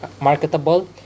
marketable